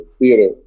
theater